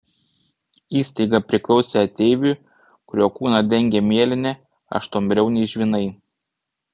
įstaiga priklausė ateiviui kurio kūną dengė mėlyni aštuonbriauniai žvynai